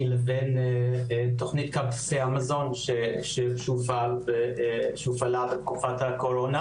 לבין תוכנית כרטיסי המזון שהופעלה בתקופת הקורונה.